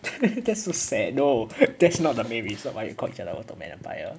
that's so sad no that's not the main reason why we called each other ottoman empire